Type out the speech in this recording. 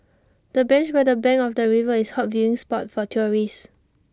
the bench by the bank of the river is hot viewing spot for tourists